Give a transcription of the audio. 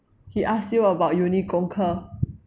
he asked you about uni 功课